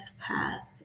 path